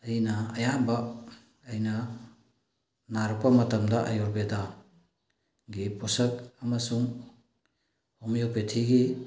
ꯑꯩꯅ ꯑꯌꯥꯝꯕ ꯑꯩꯅ ꯅꯥꯔꯛꯄ ꯃꯇꯝꯗ ꯑꯌꯨꯔꯕꯦꯗꯥꯒꯤ ꯄꯣꯠꯁꯝ ꯑꯃꯁꯨꯡ ꯍꯣꯃꯤꯌꯣꯄꯦꯊꯤꯒꯤ